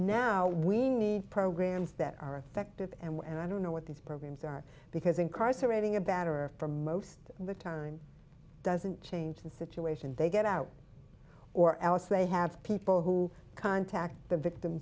now we need programs that are effective and i don't know what these programs are because incarcerating a batterer for most of the time doesn't change the situation they get out or else they have people who contact the victim